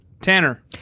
Tanner